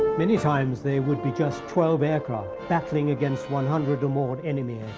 many times they would be just twelve aircraft battling against one hundred or more enemy